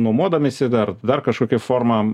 nuomodamiesi dar dar kažkokią formą